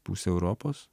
pusę europos